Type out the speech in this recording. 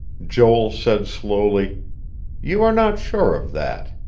joel said slowly you are not sure of that.